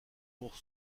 pour